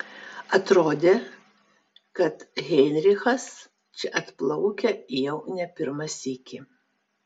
atrodė kad heinrichas čia atplaukia jau ne pirmą sykį